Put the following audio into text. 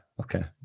okay